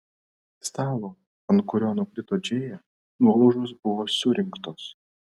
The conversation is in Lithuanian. stalo ant kurio nukrito džėja nuolaužos buvo surinktos